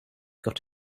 got